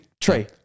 Trey